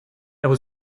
there